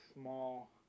small